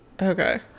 Okay